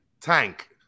tank